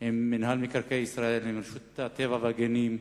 עם מינהל מקרקעי ישראל ועם רשות הטבע והגנים,